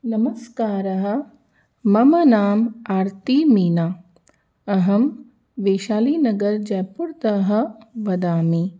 नमस्कारः मम नाम् आरती मीना अहं वैशालीनगर जयपुरतः वदामि